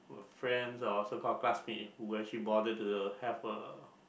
a friends or also called classmate who actually bothered to have a